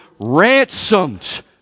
ransomed